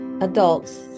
adults